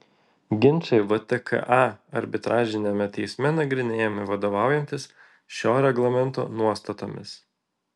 ginčai vtka arbitražiniame teisme nagrinėjami vadovaujantis šio reglamento nuostatomis